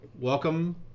welcome